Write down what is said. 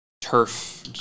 turf